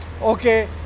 Okay